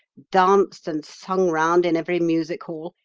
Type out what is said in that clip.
danced and sung round in every music-hall,